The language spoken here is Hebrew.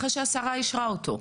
אחרי שהשרה אישרה אותו.